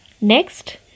Next